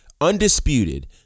undisputed